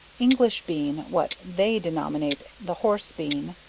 english bean, what they denominate the horse bean,